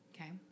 Okay